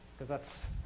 because that's.